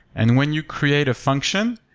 and when you create a function,